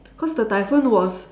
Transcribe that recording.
cause the typhoon was